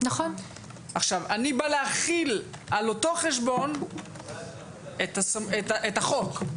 ואני בא להכיל על אותו חשבון את החוק.